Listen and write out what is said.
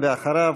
ואחריו,